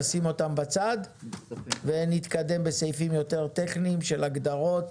נשים אותם בצד ונתקדם בסעיפים יותר טכניים של הגדרות